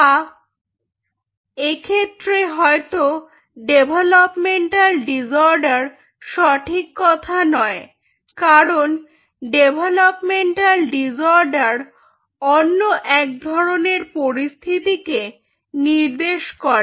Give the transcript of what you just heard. বা এক্ষেত্রে হয়তো ডেভেলপমেন্টাল ডিসঅর্ডার সঠিক কথা নয় কারণ ডেভেলপমেন্টাল ডিসঅর্ডার অন্য এক ধরনের পরিস্থিতিকে নির্দেশ করে